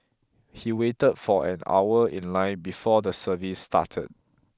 he waited for an hour in line before the service started